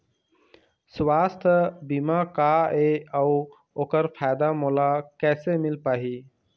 सुवास्थ बीमा का ए अउ ओकर फायदा मोला कैसे मिल पाही?